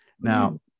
Now